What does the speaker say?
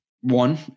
one